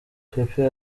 pepe